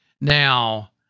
Now